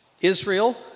Israel